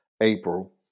April